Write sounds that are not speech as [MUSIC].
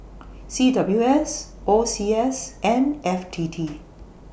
C W S O C S and F T T [NOISE]